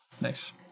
Nice